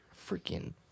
Freaking